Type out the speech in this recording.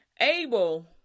Abel